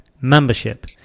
membership